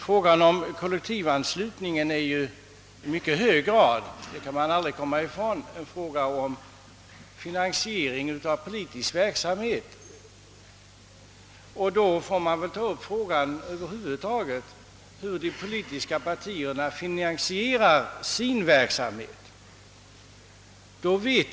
Frågan om kollektivanslutning är i mycket hög grad — det kan man aldrig komma ifrån — en fråga om finansiering av politisk verksamhet. Man bör därför se denna fråga i relation till hur de politiska partierna över huvud taget finansierar sin verksamhet.